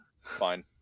Fine